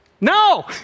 No